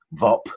VOP